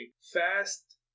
fast